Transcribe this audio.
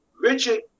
Richard